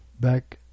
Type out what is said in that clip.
back